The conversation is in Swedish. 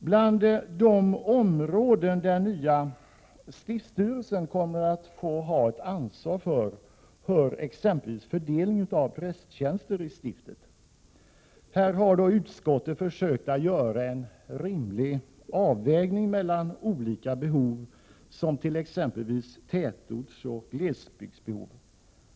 Till de områden som den nya stiftsstyrelsen kommer att få ha ett ansvar för hör fördelningen av prästtjänster i stiftet. I detta avseende har utskottet försökt att göra en rimlig avvägning mellan olika behov, t.ex. tätortsoch glesbygdsbehov.